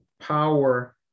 power